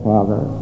Father